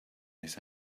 this